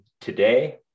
today